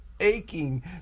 aching